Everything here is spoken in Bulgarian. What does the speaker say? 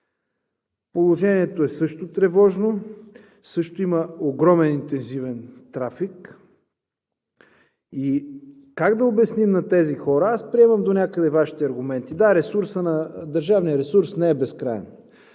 положението също е тревожно, също има огромен интензивен трафик и как да обясним на тези хора. Приемам донякъде Вашите аргументи. Да, държавният ресурс не е безкраен.